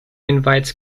invites